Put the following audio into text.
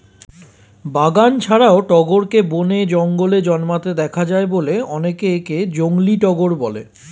বাগান ছাড়াও টগরকে বনে, জঙ্গলে জন্মাতে দেখা যায় বলে অনেকে একে জংলী টগর বলে